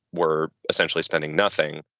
were essentially spending nothing